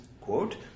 quote